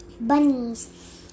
bunnies